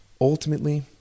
Ultimately